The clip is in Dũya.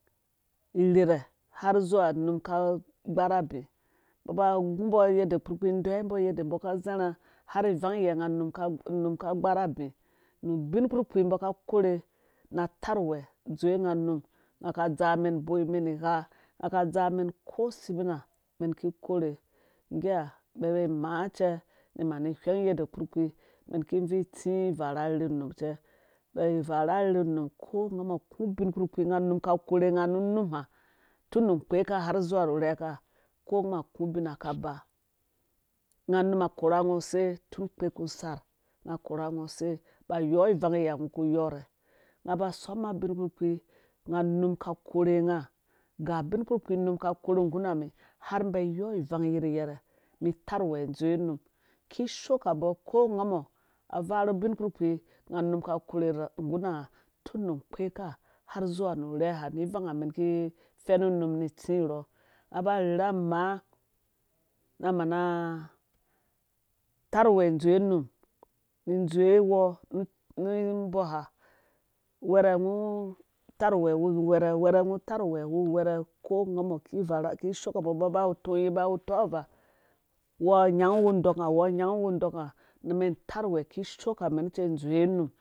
Irhirhɛ har zubla num ka gba rha abi mbɔ ba gu mbɔ yadda kpukpi deyewe yadda mbɔ ka zarha har ivang yiyɛ nga num ka gba rha abi nu ubin kpiɔhkpii mbɔ ka korhe na tarh uwɛh dzowɛ nga num nga ka dza mɛn boi mɛn gha nga ka dza mɛn ko sebina mɛn boi mɛn gha nga ka dza mɛn ko sebina mɛn ki korhe ngga ha mɛn ba maa cɛ ni mani whɛng yadda kpirhkpiimɛn ki vii itsi varha arherhe unum cɛ bia varhe arherhe unum ko ngamɔ a ku ubin kpurhkpii nga num ka korhe nga nu numha tun nu kpeka har zuwa nu rheka ko ngamɔ a ku binha kaba nga num a korha nga use tun kpe ku sarh ngs num a korha nga use tun kpe ku sarh nga korha ngo se ba yɔ ivang yerhe ha ngɔ ku yɔrha nga ba soma binkpukpii nga num ka korhe nga ga bin kpukpii num ka korhe nggu na mi har mi ba yɔ ivang yirhyerhe mi terh uweh dzowe num kishookambɔ ko ngamɔ avarhu ubin ukpurhkpii nga num ka korh ngguna nga tun na kpeka har zuwa nu rheha ni vangha mɛn ki fɛnu num ni tsi vrhɔ nga ba rherha maa na mana tarh uwɛ dzowe num dzowe wɔ nu mbɔ ha wɛrhe ngɔ tarh uwe uwu wɛ rhe wɛrhe ngo tarh uwɛ wu wɛdɛ ko nganɔ ki shookambɔ mbɔ ba awu tɔnyin ba tɔvaa wɔ nyangu wu dokanga wɔ nyangu wu dɔku nga nu mɛn tarh uwɛ kishooka mɛn cɛ dzowe num